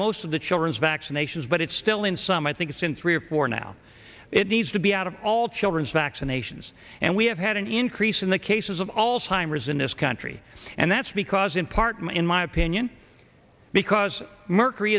most of the children's vaccinations but it's still in some i think it's in three or four now it needs to be out of all children's vaccinations and we have had an increase in the cases of all timers in this country and that's because in part in my opinion because mercury